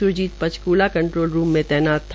Surjit Panchkula control room में तैनात था